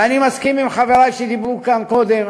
ואני מסכים עם חברי שדיברו כאן קודם,